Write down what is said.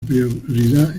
prioridad